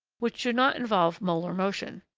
which do not involve molar motion.